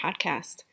podcast